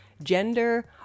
gender